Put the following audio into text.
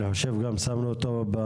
אני חושב גם שמו אותו.